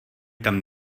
tam